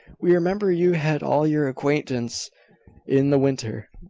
we remember you had all your acquaintance in the winter,